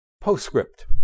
Postscript